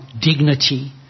dignity